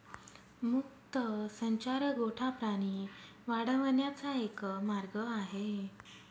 मुक्त संचार गोठा प्राणी वाढवण्याचा एक मार्ग आहे